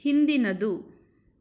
ಹಿಂದಿನದು